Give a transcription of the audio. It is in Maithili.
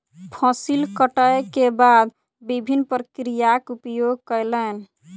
फसिल कटै के बाद विभिन्न प्रक्रियाक उपयोग कयलैन